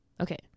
okay